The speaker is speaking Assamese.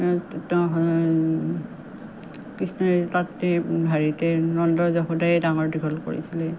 কৃষ্ণই তাতে হেৰিতে নন্দ যশোদায়ে ডাঙৰ দীঘল কৰিছিলে